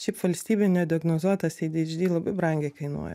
šiaip valstybei nediagnozuotas adhd labai brangiai kainuoja